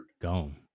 Gone